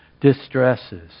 Distresses